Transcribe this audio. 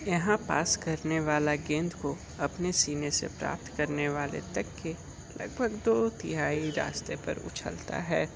यहाँ पास करने वाला गेंद को अपने सीने से प्राप्त करने वाले तक के लगभग दो तिहाई रास्ते पर उछलता है